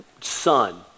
son